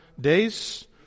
days